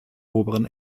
oberen